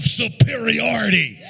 superiority